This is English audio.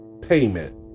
payment